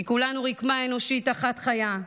כי כולנו רקמה אנושית אחת חיה,